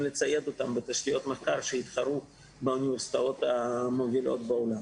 לצייד אותם בתשתיות מחקר שיתחרו בנוסחאות המובילות בעולם.